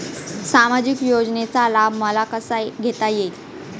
सामाजिक योजनेचा लाभ मला कसा घेता येईल?